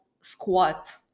squat